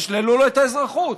תשללו לו את האזרחות.